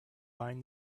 bind